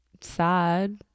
sad